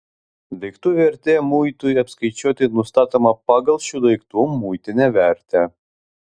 daiktų vertė muitui apskaičiuoti nustatoma pagal šių daiktų muitinę vertę